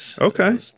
okay